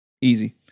Easy